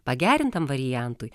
pagerintam variantui